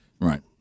Right